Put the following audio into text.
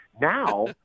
Now